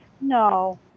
no